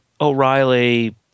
O'Reilly